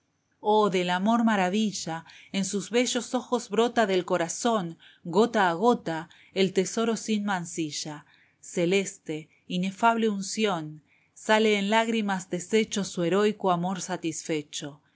o del amor maravilla en sus bellos ojos brota del corazón gota a gota el tesoro sin mancilla celeste inefable unción sale en lágrimas deshecho la cautiva su heroico amor satisfecho y su